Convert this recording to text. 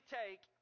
take